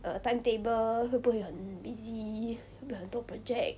err timetable 会不会很 busy 会不会很多 project